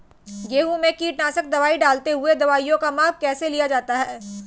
गेहूँ में कीटनाशक दवाई डालते हुऐ दवाईयों का माप कैसे लिया जाता है?